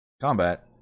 combat